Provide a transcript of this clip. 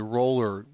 roller